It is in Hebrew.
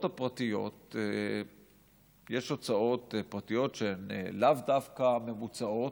הפרטיות יש הוצאות פרטיות שהן לאו דווקא ממוצעות,